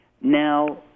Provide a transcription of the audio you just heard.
Now